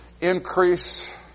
increase